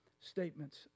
statements